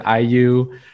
IU